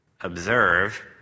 observe